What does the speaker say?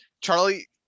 Charlie